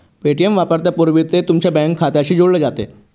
Paytm वापरण्यापूर्वी ते तुमच्या बँक खात्याशी जोडले जाते